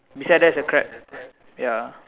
beside there is a crab ya